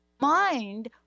mind